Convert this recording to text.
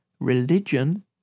Religion